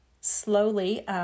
slowly